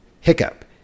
hiccup